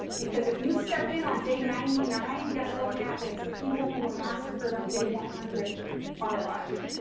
because if you step in on day ninety nine, guess what happens? the people who were massacred on day one hundred are alive.